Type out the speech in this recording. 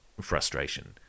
frustration